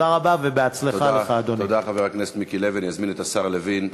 חבר הכנסת עמר בר-לב,